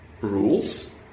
rules